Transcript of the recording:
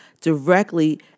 directly